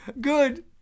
Good